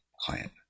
client